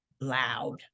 loud